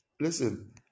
Listen